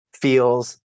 feels